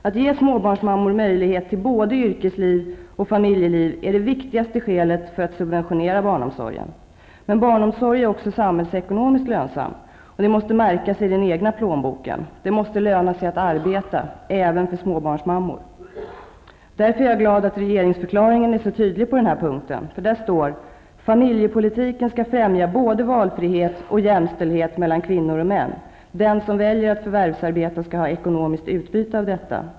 Att ge småbarnsmammor möjlighet till både yrkesliv och familjeliv är det viktigaste skälet för att subventionera barnomsorgen. Men barnomsorg är också samhällsekonomiskt lönsam. Det måste märkas i den egna plånboken. Det måste löna sig att arbeta -- Därför är jag glad att regeringsförklaringen är så tydlig på den här punkten. Där står att familjepolitiken skall främja både valfrihet och jämställdhet mellan kvinnor och män. Den som väljer att förvärvsarbeta skall ha ekonomiskt utbyte av detta.